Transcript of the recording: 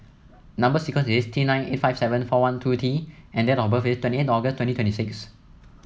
number sequence is T nine eight five seven four one two T and date of birth is twenty eight August twenty twenty six